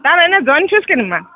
তাত এনেই join fees কিমান